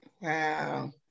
Wow